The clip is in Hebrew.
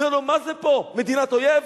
אני אומר לו: מה זה פה, מדינת אויב?